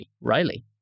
Riley